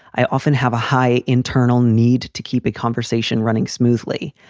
i often have a high internal need to keep a conversation running smoothly,